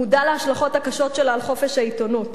מודע להשלכות הקשות שלה על חופש העיתונות,